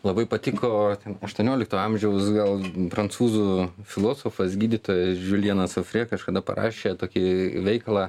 labai patiko ten aštuoniolikto amžiaus gal prancūzų filosofas gydytojas žiujenas ofrė kažkada parašė tokį veikalą